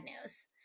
news